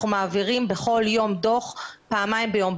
אנחנו מעבירים בכל יום דו"ח פעמיים ביום,